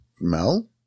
Mel